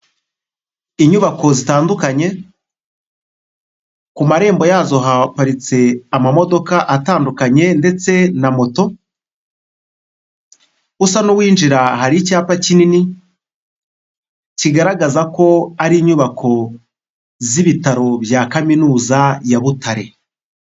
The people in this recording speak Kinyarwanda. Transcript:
Inyubako zitandukanye ku marembo yazo haparitse amamodoka atandukanye ndetse na moto, usa n'uwinjira hari icyapa kinini kigaragaza ko ari inyubako z'ibitaro bya Kaminuza ya Butare.